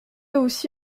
aussi